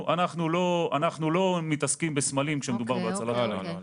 אנחנו לא מתעסקים בסמלים כשמדובר בהצלת חיים.